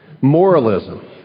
Moralism